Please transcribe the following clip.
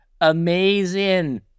Amazing